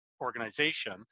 organization